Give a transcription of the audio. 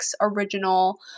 original